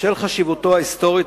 בשל חשיבותו ההיסטורית,